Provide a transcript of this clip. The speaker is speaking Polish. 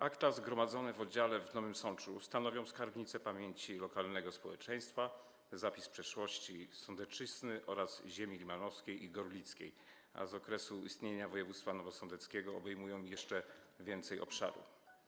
Akta zgromadzone w oddziale w Nowym Sączu stanowią skarbnicę pamięci lokalnego społeczeństwa, zapis przeszłości Sądecczyzny oraz ziemi limanowskiej i gorlickiej, a z okresu istnienia województwa nowosądeckiego obejmują jeszcze większy obszar.